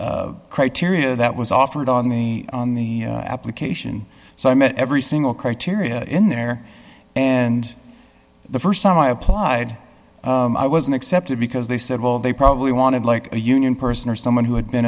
criteria that was offered on the on the application so i met every single criteria in there and the st time i applied i wasn't accepted because they said well they probably wanted like a union person or someone who had been